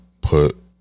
put